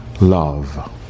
love